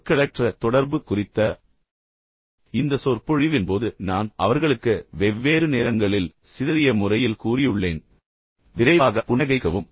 சொற்களற்ற தொடர்பு குறித்த இந்த சொற்பொழிவின் போது நான் அவர்களுக்கு வெவ்வேறு நேரங்களில் சிதறிய முறையில் கூறியுள்ளேன் ஆனால் விரைவாக புன்னகைக்கவும்